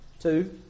Two